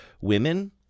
women